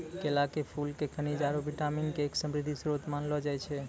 केला के फूल क खनिज आरो विटामिन के एक समृद्ध श्रोत मानलो जाय छै